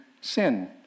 sin